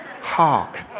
Hark